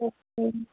okay